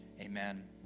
amen